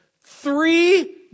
three